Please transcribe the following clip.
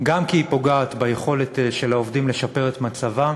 גם כי היא פוגעת ביכולתם של העובדים לשפר את מצבם